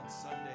Sunday